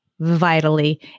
vitally